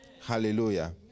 Hallelujah